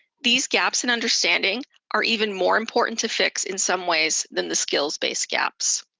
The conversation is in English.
these gaps in understanding are even more important to fix in some ways than the skills-based gaps.